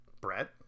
Brett